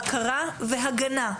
בקרה והגנה.